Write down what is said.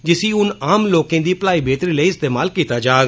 जिसी हुन आम लोकें दिएं भलाई बेह्तरी लेई इस्तेमाल कीता जाग